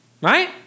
right